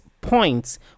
points